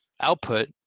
output